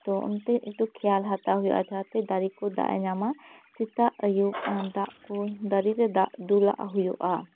ᱛᱚ ᱚᱱᱛᱮ ᱮᱠᱴᱩ ᱠᱷᱮᱭᱟᱞ ᱦᱟᱛᱟᱣ ᱦᱩᱭᱩᱜᱼᱟ ᱡᱟᱦᱟᱸ ᱛᱮ ᱫᱟᱨᱮ ᱠᱚ ᱫᱟᱜ ᱮ ᱧᱟᱢᱟ ᱥᱮᱛᱟᱜ ᱟᱭᱩᱵ ᱫᱟᱜ ᱠᱚ ᱫᱟᱨᱮ ᱨᱮ ᱫᱟᱜ ᱫᱩᱞᱟᱜ ᱦᱩᱭᱩᱜᱼᱟ